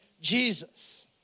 Jesus